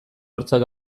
hortzak